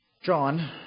John